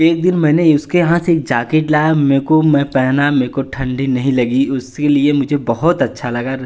एक दिन मैंने इसके यहाँ से एक जैकेट लाया मेको मैं पहना मेको ठंडी नहीं लगी उसीलिए मुझे बहुत अच्छा लगा